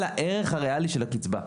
הריאלי של הקצבה.